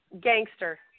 Gangster